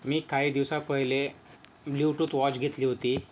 मी काही दिवसा पहिले ब्ल्यू टूथ वॉच घेतली होती